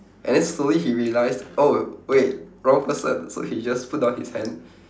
and then slowly he realised oh wait wrong person so he just put down his hand